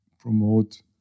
promote